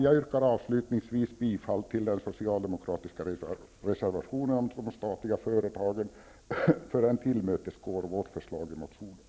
Jag yrkar avslutningsvis bifall till den socialdemokratiska reservationen om de statliga företagen, eftersom den tillmötesgår vårt förslag i motionen.